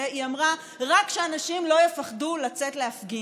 היא אמרה: רק שהאנשים לא יפחדו לצאת להפגין.